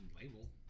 Label